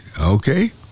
okay